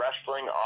Wrestling